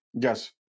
Yes